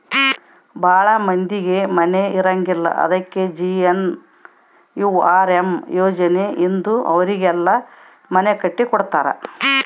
ಭಾಳ ಮಂದಿಗೆ ಮನೆ ಇರಂಗಿಲ್ಲ ಅದಕ ಜೆ.ಎನ್.ಎನ್.ಯು.ಆರ್.ಎಮ್ ಯೋಜನೆ ಇಂದ ಅವರಿಗೆಲ್ಲ ಮನೆ ಕಟ್ಟಿ ಕೊಡ್ತಾರ